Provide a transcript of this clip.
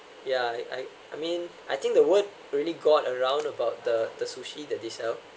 yeah I I mean I think the word really got around about the the sushi that they sell